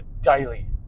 daily